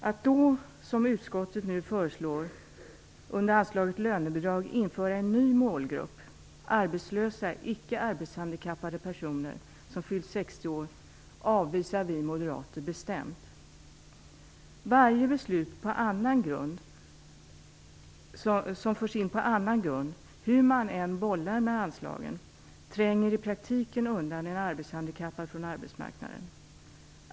Att då, som utskottet föreslår, under anslaget Lönebidrag införa en ny målgrupp, arbetslösa icke arbetshandikappade personer som fyllt 60 år, avvisar vi moderater bestämt. Varje beslut som förs in på annan grund tränger, hur man än bollar med anslagen, i praktiken undan en arbetshandikappad från arbetsmarknaden.